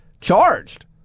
charged